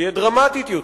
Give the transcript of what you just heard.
תהיה דרמטית יותר.